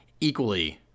equally